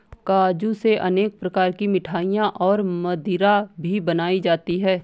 काजू से अनेक प्रकार की मिठाईयाँ और मदिरा भी बनाई जाती है